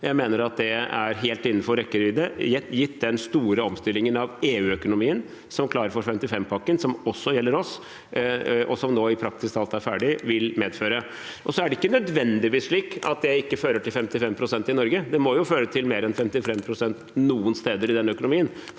Jeg mener at det er helt innenfor rekkevidde, gitt den store omstillingen av EU-økonomien som Klar for 55pakken – som også gjelder oss, og som nå praktisk talt er ferdig – vil medføre. Det er ikke nødvendigvis slik at det ikke fører til 55 pst. i Norge. Det må jo føre til mer enn 55 pst. noen steder i denne økonomien,